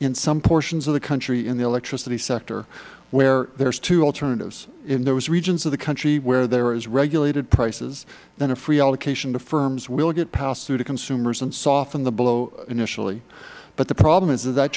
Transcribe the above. in some portions of the country in the electricity sector where there are two alternatives in those regions of the country where there are regulated prices and a free allocation to firms will get passed through to consumers and soften the blow initially but the problem is that